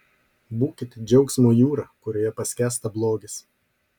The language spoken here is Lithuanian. būkit džiaugsmo jūra kurioje paskęsta blogis